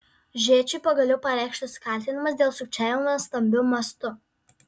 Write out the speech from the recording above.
žėčiui pagaliau pareikštas kaltinimas dėl sukčiavimo stambiu mastu